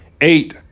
eight